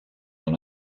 dans